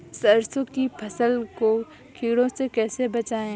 सरसों की फसल को कीड़ों से कैसे बचाएँ?